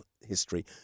history